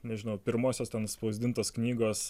nežinau pirmosios spausdintos knygos